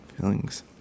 feelings